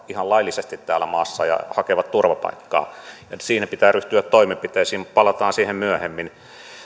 ihan laillisesti tässä maassa ja hakevat turvapaikkaa siinä pitää ryhtyä toimenpiteisiin palataan siihen myöhemmin